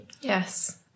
Yes